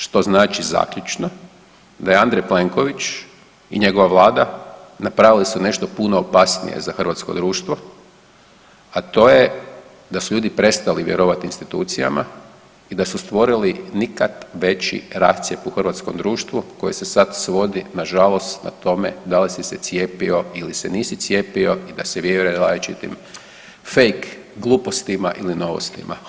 Što znači zaključno da je Andrej Plenković i njegova vlada napravili su nešto puno opasnije za hrvatskog društvo, a to je da su ljudi prestali vjerovati institucijama i da su stvorili nikad veći rascjep u hrvatskom društvu koje se sad svodi nažalost na tome da li se cijepilo ili se nisi cijepio i da se vjeruje različitim fake glupostima ili novostima.